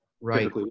right